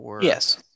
Yes